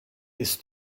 ist